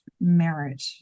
merit